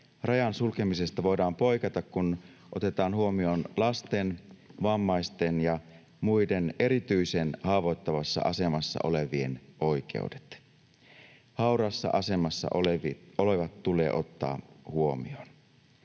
rajan sulkemisesta voidaan poiketa, kun otetaan huomioon lasten, vammaisten ja muiden erityisen haavoittuvassa asemassa olevien oikeudet. Hauraassa asemassa olevat tulee ottaa huomioon.